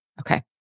Okay